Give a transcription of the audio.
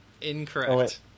Incorrect